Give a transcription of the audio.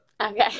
Okay